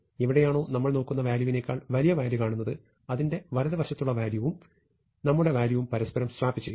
എവിടെയാണോ നമ്മൾ നോക്കുന്ന വാല്യൂവിനേക്കാൾ വലിയ വാല്യൂ കാണുന്നത് അതിന്റെ വലതു വശത്തുള്ള വാല്യൂവും നമ്മുടെ വാല്യൂവും പരസ്പരം സ്വാപ്പ് ചെയ്യുന്നു